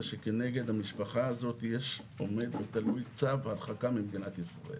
שכנגד המשפחה הזאת עומד ותלוי צו הרחקה ממדינת ישראל.